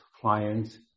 clients